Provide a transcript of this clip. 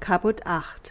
caput viii